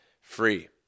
free